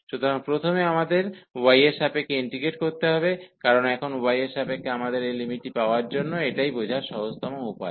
সুতরাং প্রথমে আমাদের y এর সাপেক্ষে ইন্টিগ্রেড করতে হবে কারণ এখন y এর সাপেক্ষে আমাদের এই লিমিটটি পাওয়ার জন্য এটাই বোঝার সহজতম উপায়